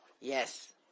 Yes